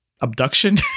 abduction